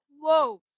close